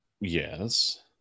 Yes